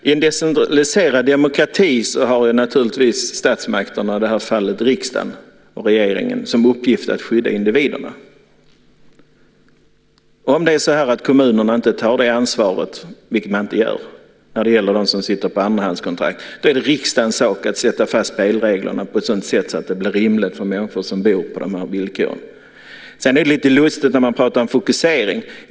Herr talman! I en decentraliserad demokrati har statsmakterna - i det här fallet riksdagen och regeringen - till uppgift att skydda individerna. Om kommunerna inte tar det ansvaret, vilket de inte gör när det gäller dem som har andrahandskontrakt, då är det riksdagens sak att fastställa spelreglerna på ett sådant sätt att det blir rimligt för människor som bor på dessa villkor. Sedan är det lite lustigt när det pratas om fokusering.